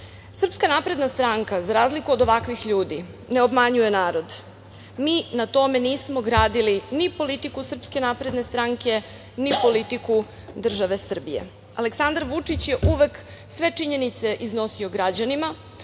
ovde. Srpska napredna stranka, za razliku od ovakvih ljudi, ne obmanjuje narod. Mi na tome nismo gradili ni politiku SNS, ni politiku države Srbije. Aleksandar Vučić je uvek sve činjenice iznosio građanima,